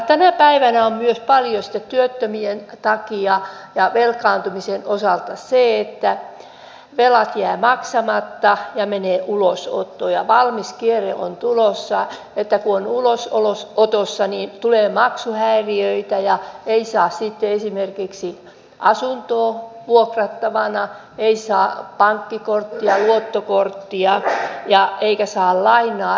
tänä päivänä on myös paljon työttömyyden takia ja velkaantumisen osalta sitä että velat jäävät maksamatta ja menevät ulosottoon ja valmis kierre on tulossa että kun on ulosotossa niin tulee maksuhäiriöitä ja ei saa sitten esimerkiksi asuntoa vuokrattua ei saa pankkikorttia luottokorttia eikä saa lainaa